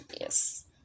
yes